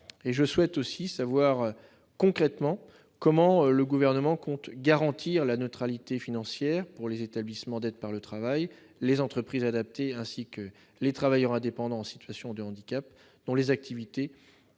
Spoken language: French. ? Je souhaite aussi savoir comment, concrètement, le Gouvernement compte garantir la neutralité financière pour les établissements d'aide par le travail, pour les entreprises adaptées et pour les travailleurs indépendants en situation de handicap, dont les activités